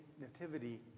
Nativity